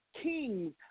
kings